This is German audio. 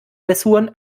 blessuren